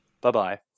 Bye-bye